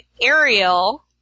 Ariel